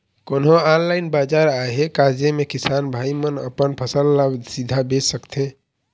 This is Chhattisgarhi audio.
कोन्हो ऑनलाइन बाजार आहे का जेमे किसान भाई मन अपन फसल ला सीधा बेच सकथें?